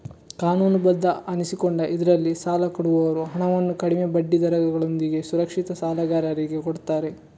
ಕಾನೂನುಬದ್ಧ ಅನಿಸಿಕೊಂಡ ಇದ್ರಲ್ಲಿ ಸಾಲ ಕೊಡುವವರು ಹಣವನ್ನು ಕಡಿಮೆ ಬಡ್ಡಿ ದರಗಳೊಂದಿಗೆ ಸುರಕ್ಷಿತ ಸಾಲಗಾರರಿಗೆ ಕೊಡ್ತಾರೆ